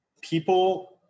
people